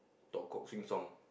talk cock sing song